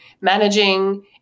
managing